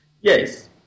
Yes